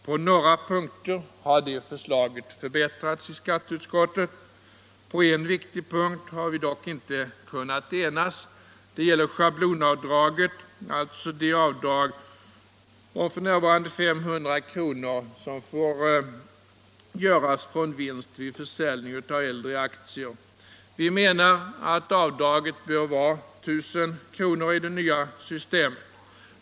På några punkter har det förslaget förbättrats i skatteutskottet. På en viktig punkt har vi dock inte kunnat enas. Det gäller schablonavdraget, alltså det avdrag om f.n. 500 kr., som får göras från vinst vid försäljning av äldre aktier. Vi menar att avdraget bör vara 1 000 kr. i det nya systemet.